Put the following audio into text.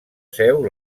seu